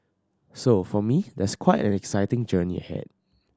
so for me there's quite an exciting journey ahead